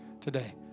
today